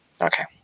Okay